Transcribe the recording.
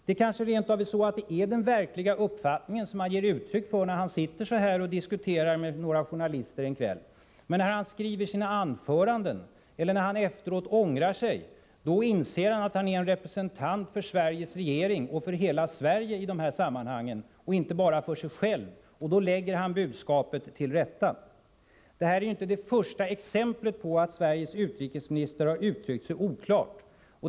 Det kanske rent av är så att det är sin verkliga uppfattning han ger uttryck för när han sitter och diskuterar med några journalister en kväll? Men när han skriver sina anföranden eller när han efteråt ångrar sig inser han att han är en representant för Sveriges regering och för hela Sverige i de här sammanhangen och inte bara för sig själv, och då lägger han budskapet till rätta. Detta är inte det första exemplet på att Sveriges utrikesminister har uttryckt sig oklart.